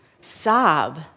sob